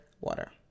Water